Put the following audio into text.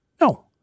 No